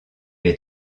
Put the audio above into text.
les